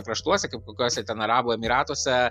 kraštuose kaip kokiuose ten arabų emyratuose